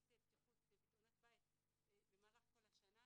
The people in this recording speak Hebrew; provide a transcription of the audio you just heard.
נושא בטיחות ותאונות בית במהלך כל השנה,